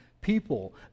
people